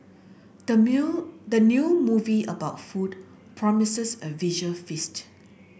the meal the new movie about food promises a visual feast